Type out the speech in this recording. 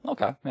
Okay